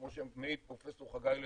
כמו שמעיד פרופ' חגי לוין,